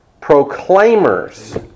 Proclaimers